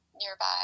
nearby